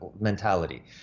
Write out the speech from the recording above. mentality